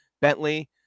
bentley